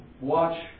watch